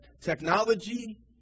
technology